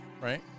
Right